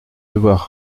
devoir